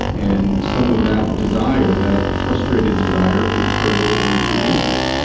and some of that desire, that frustrated desire can curdle into hatred.